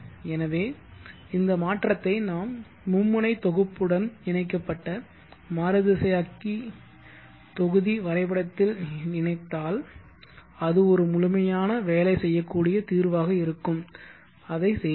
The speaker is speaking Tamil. எனவே இந்த மாற்றத்தை நம் மும்முனை தொகுப்புடன் இணைக்கப்பட்ட மாறுதிசையாக்கி தொகுதி வரைபடத்தில் இணைத்தால் அது ஒரு முழுமையான வேலை செய்யக்கூடிய தீர்வாக இருக்கும் அதைச் செய்வோம்